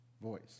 voice